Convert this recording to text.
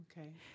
Okay